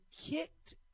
kicked